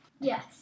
Yes